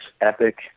epic